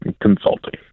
Consulting